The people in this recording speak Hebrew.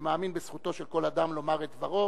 ומאמין בזכותו של כל אדם לומר את דברו,